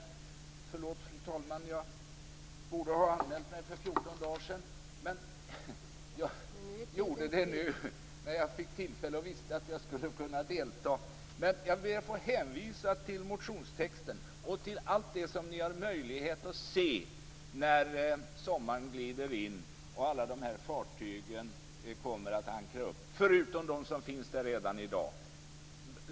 Förlåt, fru talman, jag borde ha anmält mig för 14 dagar sedan, men jag gjorde det nu när jag fick tillfälle och visste att jag skulle kunna delta. Men jag ber att få hänvisa till motionstexten och till allt det som ni har möjlighet att se när sommaren glider in och alla de här fartygen kommer att ankra upp - förutom dem som finns där redan i dag.